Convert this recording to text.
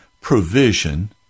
Provision